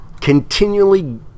continually